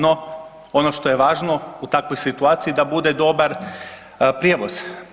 No, ono što je važno u takvoj situaciji da bude dobar prijevoz.